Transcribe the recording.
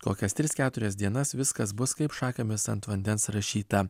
kokias tris keturias dienas viskas bus kaip šakėmis ant vandens rašyta